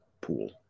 Pool